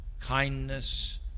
Kindness